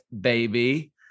baby